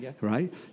right